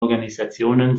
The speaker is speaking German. organisationen